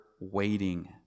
waiting